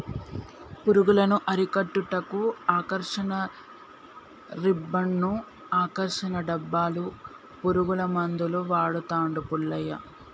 పురుగులను అరికట్టుటకు ఆకర్షణ రిబ్బన్డ్స్ను, ఆకర్షణ డబ్బాలు, పురుగుల మందులు వాడుతాండు పుల్లయ్య